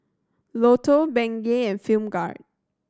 Lotto Bengay and Film Grade